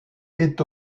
est